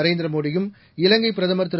நரேந்திர மோடியும் இலங்கை பிரதமர் திரு